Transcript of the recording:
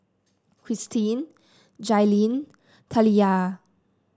Kirstin Jailyn Taliyah